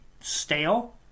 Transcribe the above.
stale